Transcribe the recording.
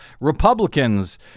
Republicans